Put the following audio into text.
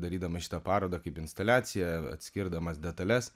darydamas šitą parodą kaip instaliaciją atskirdamas detales